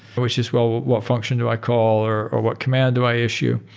which is, well, what function do i call or or what command do i issue?